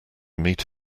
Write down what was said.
meet